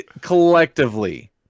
collectively